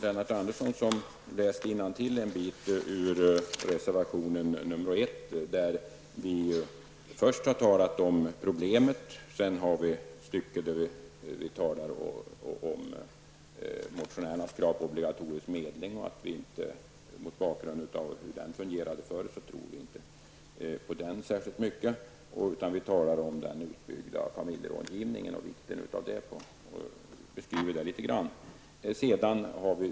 Lennart Andersson läste innantill ur reservation 1, där vi först har talat om problemen och sedan talat om motionärernas krav på obligatorisk medling och sagt att vi inte, mot bakgrund av hur den fungerat förr, tror så särskilt mycket på den. Vi talar om den utbyggda familjerådgivningen i stället och vikten av den.